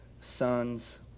son's